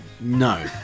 No